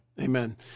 amen